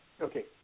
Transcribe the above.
Okay